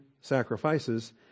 sacrifices